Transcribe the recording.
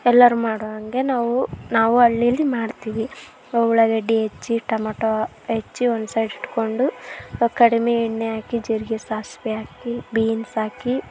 ಎಲ್ಲರೂ ಮಾಡುವಾಗೆ ನಾವು ನಾವು ಹಳ್ಳಿಯಲ್ಲಿ ಮಾಡ್ತೀವಿ ಉಳ್ಳಾಗಡ್ಡೆ ಹೆಚ್ಚಿ ಟಮಾಟೊ ಹೆಚ್ಚಿ ಒಂದು ಸೈಡ್ ಇಟ್ಟುಕೊಂಡು ಕಡಿಮೆ ಎಣ್ಣೆ ಹಾಕಿ ಜೀರಿಗೆ ಸಾಸಿವೆ ಹಾಕಿ ಬೀನ್ಸ್ ಹಾಕಿ